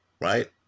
Right